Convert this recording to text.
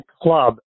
club